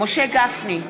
משה גפני,